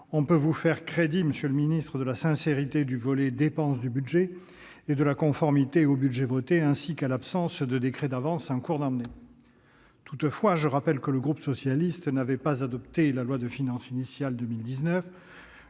On peut faire crédit au Gouvernement de la sincérité du volet dépenses du budget, de la conformité au budget voté, ainsi que de l'absence de décrets d'avance en cours d'année. Toutefois, je rappelle que le groupe socialiste et républicain n'avait pas adopté la loi de finances initiale pour 2019,